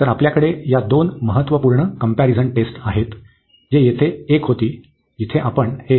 तर आपल्याकडे या दोन महत्त्वपूर्ण कम्पॅरिझन टेस्ट आहेत जे येथे एक होती जिथे आपण हे